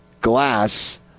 glass